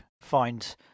find